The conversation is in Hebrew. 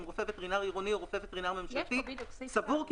אם רפואי וטרינר עירוני או רופא וטרינר ממשלתי סבור כי